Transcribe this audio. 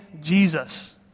Jesus